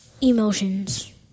Emotions